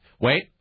Wait